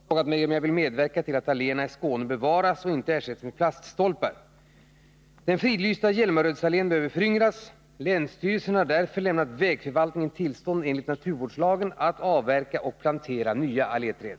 Herr talman! Karin Ahrland har frågat mig om jag vill medverka till att alléerna i Skåne bevaras och inte ersätts med plaststolpar. Den fridlysta Hjälmarödsallén behöver föryngras. Länsstyrelsen har därför lämnat vägförvaltningen tillstånd enligt naturvårdslagen att avverka och plantera nya alléträd.